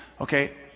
Okay